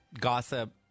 gossip